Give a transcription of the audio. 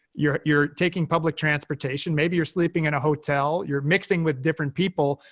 you're you're taking public transportation. maybe you're sleeping in a hotel. you're mixing with different people,